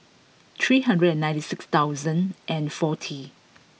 three hundred and ninety six thousand and forty